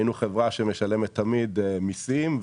היינו חברה שמשלמת תמיד מסים,